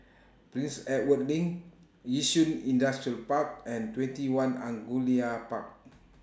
Prince Edward LINK Yishun Industrial Park and TwentyOne Angullia Park